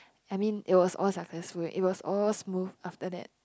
I mean it was all successful it was all smooth after that